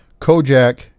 Kojak